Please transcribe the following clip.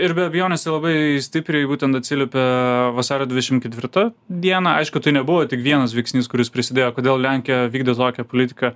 ir be abejonės tai labai stipriai būtent atsiliepė vasario dvidešim ketvirtą dieną aišku tai nebuvo tik vienas veiksnys kuris prisidėjo kodėl lenkija vykdė tokią politiką